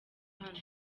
hano